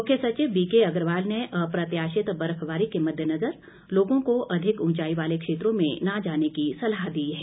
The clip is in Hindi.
मुख्य सचिव बी के अग्रवाल ने अप्रत्याशित बर्फबारी के मद्देनजर लोगों को अधिक उंचाई वाले क्षेत्रों में न जाने की सलाह दी है